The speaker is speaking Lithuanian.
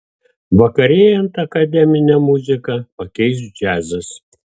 vakarėjant akademinę muziką pakeis džiazas